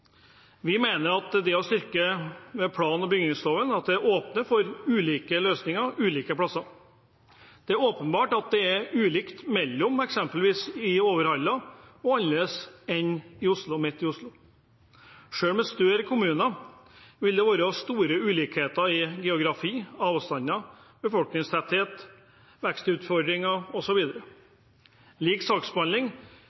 Vi mener at det er en styrke ved plan- og bygningsloven at den åpner for ulike løsninger på ulike plasser. Det er åpenbart at utfordringene i Overhalla er annerledes enn midt i Oslo. Selv med større kommuner vil det være store ulikheter i geografi, avstander, befolkningstetthet, vekstutfordringer